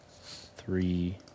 three